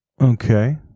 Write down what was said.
Okay